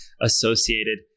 associated